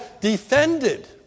defended